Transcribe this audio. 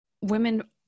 women